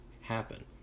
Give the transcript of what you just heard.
happen